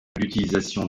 l’utilisation